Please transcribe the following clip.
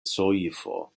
soifo